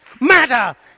matter